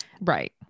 Right